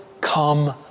come